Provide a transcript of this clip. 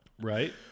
Right